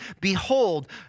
Behold